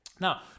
Now